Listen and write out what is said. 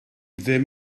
ddim